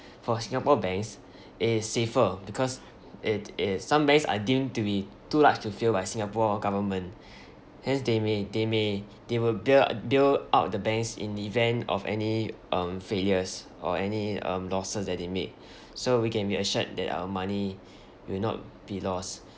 for singapore banks it is safer because it is some banks are deemed to be too large to fail by singapore government hence they may they may they will bail bail out the banks in the event of any um failures or any um losses that they make so we can be assured that our money will not be loss